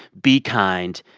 be kind.